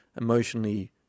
emotionally